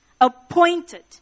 appointed